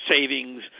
savings